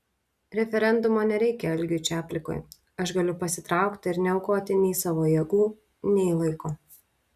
referendumo nereikia algiui čaplikui aš galiu pasitraukti ir neaukoti nei savo jėgų nei laiko